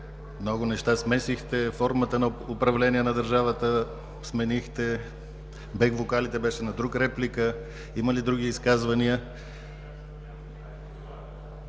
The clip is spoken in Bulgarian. Много неща смесихте, формата на управление на държавата сменихте. Бек вокалите беше реплика на друг. Има ли други изказвания?